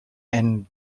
and